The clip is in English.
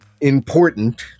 important